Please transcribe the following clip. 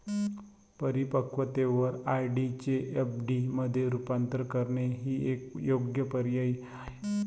परिपक्वतेवर आर.डी चे एफ.डी मध्ये रूपांतर करणे ही एक योग्य पायरी आहे